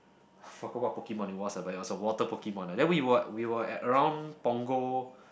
forget what Pokemon eh what's about eh so water Pokemon lah then we were we were at around Punggol